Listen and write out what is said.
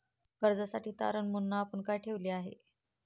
कर्जासाठी तारण म्हणून आपण काय ठेवले आहे?